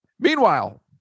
Meanwhile